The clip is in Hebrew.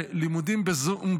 לימודים בזום,